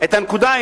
את הנקודה,